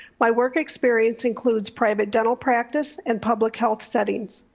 my work experience includes private dental practice and public health settings.